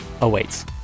awaits